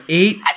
eight